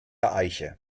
eiche